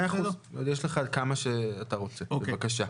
מאה אחוז, יש לך כמה זמן שאתה רוצה, בבקשה.